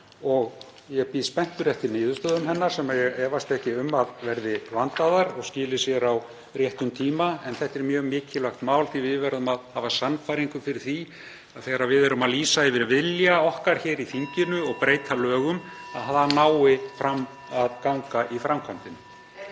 og ég bíð spenntur eftir niðurstöðum hennar sem ég efast ekki um að verði vandaðar og skili sér á réttum tíma. Þetta er mjög mikilvægt mál því að við verðum að hafa sannfæringu fyrir því að þegar við erum að lýsa yfir vilja okkar (Forseti hringir.) hér í þinginu og breyta lögum að það nái fram að ganga í framkvæmdinni.